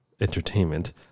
Entertainment